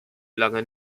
lange